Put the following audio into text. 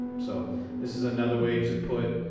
so this is another way to put